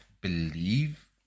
believe